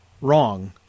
wrong